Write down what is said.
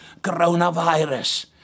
coronavirus